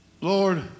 Lord